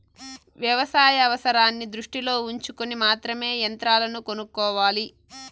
వ్యవసాయ అవసరాన్ని దృష్టిలో ఉంచుకొని మాత్రమే యంత్రాలను కొనుక్కోవాలి